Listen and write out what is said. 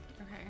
Okay